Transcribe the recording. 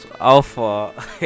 Alpha